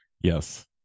Yes